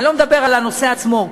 אני לא מדבר על הנושא עצמו.